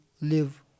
live